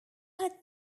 had